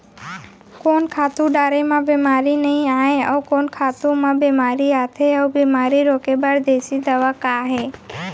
कोन खातू डारे म बेमारी नई आये, अऊ कोन खातू म बेमारी आथे अऊ बेमारी रोके बर देसी दवा का हे?